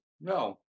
No